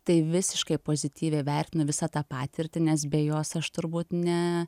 tai visiškai pozityviai vertinu visą tą patirtį nes be jos aš turbūt ne